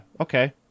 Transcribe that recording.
okay